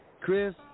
Chris